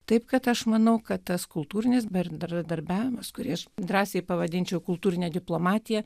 taip kad aš manau kad tas kultūrinis bendradarbiavimas kuris drąsiai pavadinčiau kultūrinę diplomatiją